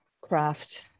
craft